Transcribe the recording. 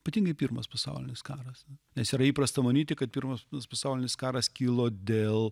ypatingai pirmas pasaulinis karas nes yra įprasta manyti kad pirmas pasaulinis karas kilo dėl